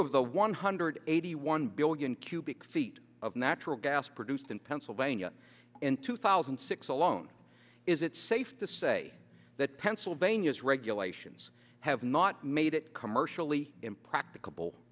of the one hundred eighty one billion cubic feet of natural gas produced in pennsylvania in two thousand six hundred phone is it safe to say that pennsylvania's regulations have not made it commercially impractica